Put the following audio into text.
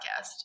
Podcast